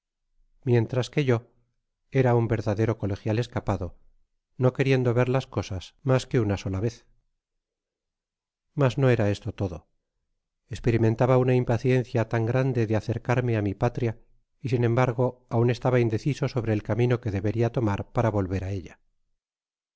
mientras que yo era un verdadero colegial escapado no queriendo ver las cosas mas que una sola vez mas no era esto todo esperimentaba una impaciencia tan grande jde acercarme á mi patria y sin embargo aun estaba indeciso sobre el camino que deberia tomar para volver á ella